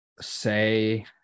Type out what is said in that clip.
say